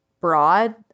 broad